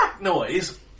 ...noise